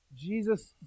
Jesus